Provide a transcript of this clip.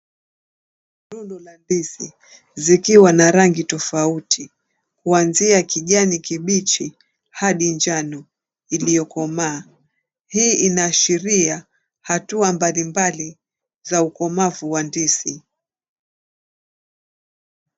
Kungu la ndizi zikiwa na rangi tofauti kuanzia kijani kibichi hadi njano iliyokomaa, hii inaashiria hatua mbali mbali za ukomavu wa ndizi.